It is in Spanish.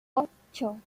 ocho